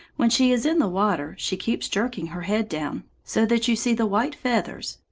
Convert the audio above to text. when she is in the water, she keeps jerking her head down, so that you see the white feathers,